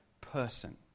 person